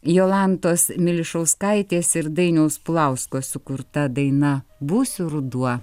jolantos milišauskaitės ir dainiaus pulausko sukurta daina būsiu ruduo